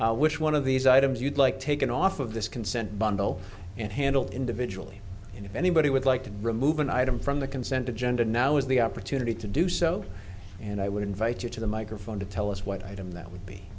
me which one of these items you'd like taken off of this consent bundle and handled individually and if anybody would like to remove an item from the consent agenda now is the opportunity to do so and i would invite you to the microphone to tell us what item that would be